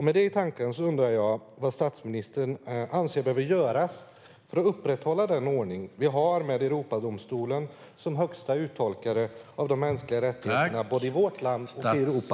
Med detta i åtanke undrar jag vad statsministern anser behöver göras för att upprätthålla den ordning vi har med Europadomstolen som högsta uttolkare av de mänskliga rättigheterna både i vårt land och i Europa.